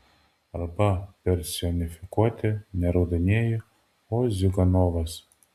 arba personifikuoti ne raudonieji o ziuganovas